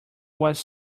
was